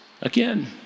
Again